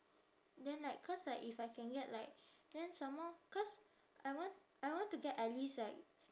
then like cause like if I can get like then some more cause I want I want to get at least like